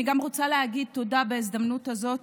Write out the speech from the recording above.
אני גם רוצה להגיד תודה בהזדמנות הזאת,